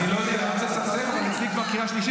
אני לא רוצה לסכסך, אבל אצלי, כבר קריאה שלישית